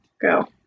go